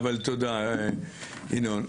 תודה, ינון.